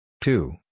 two